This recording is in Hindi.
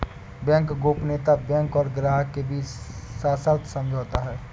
बैंक गोपनीयता बैंक और ग्राहक के बीच सशर्त समझौता है